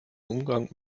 umgang